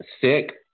sick